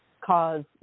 cause